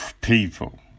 People